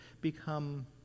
become